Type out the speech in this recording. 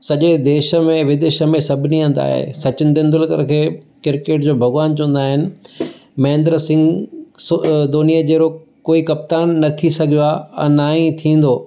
सॼे देश में विदेश में सभिनी हंधि आहे सचिन तेंदुल्कर खे क्रिकेट जो भॻवान चवंदा आहिनि महेन्द्र सिंह धोनी जहिड़ो कोई कप्तान न थी सघियो आहे अ न ही थींदो